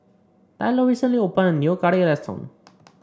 Tylor recently opened a new curry restaurant